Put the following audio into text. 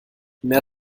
mehr